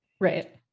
Right